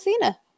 Cena